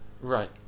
right